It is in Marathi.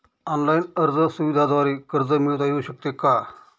ऑनलाईन अर्ज सुविधांद्वारे कर्ज मिळविता येऊ शकते का?